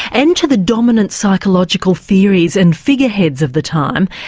and to the dominant psychological theories and figureheads of the time,